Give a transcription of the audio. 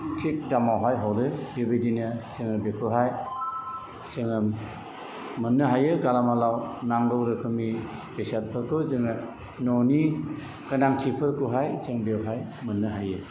थिख दामावहाय हरो बेबायदिनो जोङो बेखौहाय जोङो मोन्नो हायो गालामालाव नांगौ रोखोमनि बेसादफोरखौ जोङो न'नि गोनांथिफोरखौहाय जों बेवहाय मोन्नो हायो